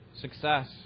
success